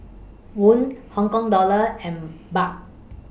Won Hong Kong Dollar and Baht